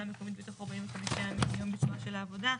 המקומית בתוך 45 ימים מתום ביצועה של העבודה,